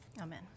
Amen